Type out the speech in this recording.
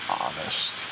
honest